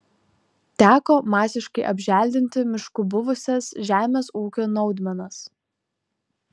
teko masiškai apželdinti mišku buvusias žemės ūkio naudmenas